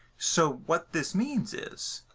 so what this means is